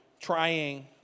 trying